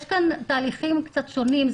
יש כאן תהליכים קצת שונים,